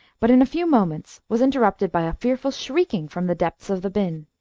but in a few moments was interrupted by a fearful shrieking from the depths of the bin.